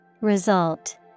Result